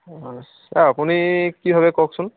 sir আপুনি কি ভাবে কওকচোন